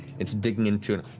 it's digging into and